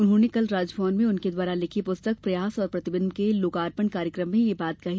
उन्होंने कल राजभवन में उनके द्वारा लिखी पुस्तक प्रयास और प्रतिबिम्ब के लोकार्पण कार्यक्रम में यह बात कही